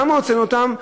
למה הוצאנו אותם?